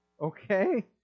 Okay